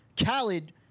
Khaled